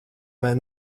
vai